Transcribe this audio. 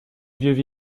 vieux